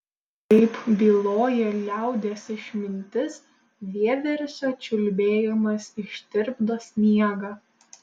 kaip byloja liaudies išmintis vieversio čiulbėjimas ištirpdo sniegą